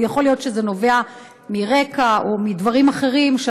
יכול להיות שזה נובע מרקע או מדברים אחרים,